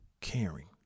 caring